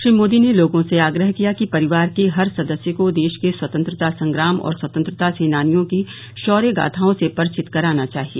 श्री मोदी ने लोगों से आग्रह किया कि परिवार के हर सदस्य को देश के स्वतंत्रता संग्राम और स्वतंत्रता सेनानियों की शौर्य गाथाओं से परिचित कराना चाहिए